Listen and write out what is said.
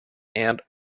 and